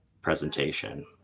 presentation